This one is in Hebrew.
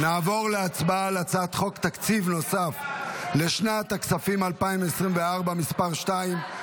נעבור להצבעה על הצעת חוק תקציב נוסף לשנת הכספים 2024 (מס' 2),